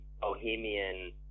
bohemian